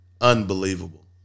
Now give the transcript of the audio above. unbelievable